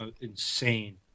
insane